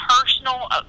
personal